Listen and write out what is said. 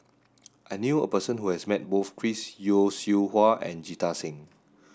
I knew a person who has met both Chris Yeo Siew Hua and Jita Singh